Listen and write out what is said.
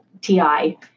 TI